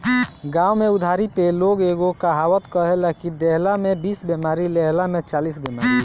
गांव में उधारी पे लोग एगो कहावत कहेला कि देहला में बीस बेमारी, लेहला में चालीस बेमारी